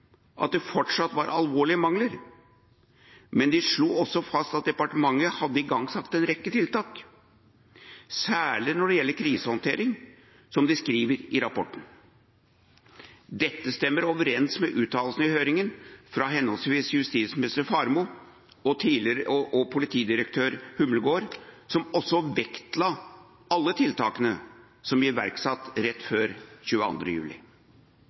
at det fortsatt var alvorlige mangler, men man slo også fast at departementet hadde igangsatt en rekke tiltak, særlig når det gjelder krisehåndtering, som de skriver i rapporten. Dette stemmer overens med uttalelsene i høringen fra henholdsvis tidligere justisminister Faremo og politidirektør Humlegård, som også vektla alle tiltakene som ble iverksatt rett etter 22. juli.